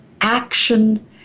action